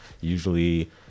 usually